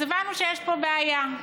אז הבנו שיש פה בעיה.